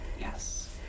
Yes